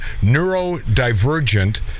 neurodivergent